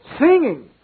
Singing